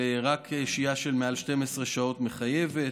רק שהייה של מעל 12 שעות מחייבת.